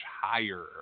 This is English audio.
higher